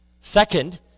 Second